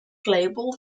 global